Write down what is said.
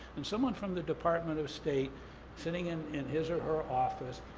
and someone from the department of state sitting in in his or her office,